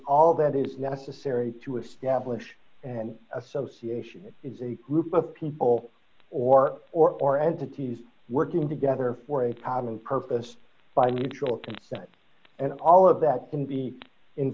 all that is necessary to establish an association is a group of people or or or entities working together for a common purpose by mutual consent and all of that can be in